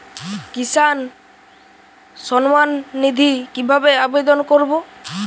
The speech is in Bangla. কিষান সম্মাননিধি কিভাবে আবেদন করব?